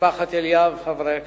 משפחת אליאב, חברי הכנסת,